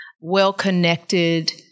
well-connected